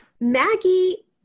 Maggie